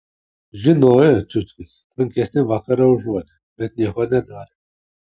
žinojo ciuckis tvankesnį vakarą ir užuodė bet nieko nedarė